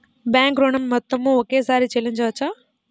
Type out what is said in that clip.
Bank ఋణం మొత్తము ఒకేసారి చెల్లించవచ్చా?